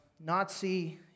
Nazi